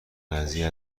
قضیه